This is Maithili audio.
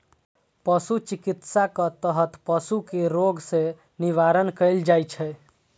पशु चिकित्साक तहत पशु कें रोग सं निवारण कैल जाइ छै